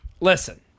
listen